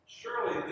surely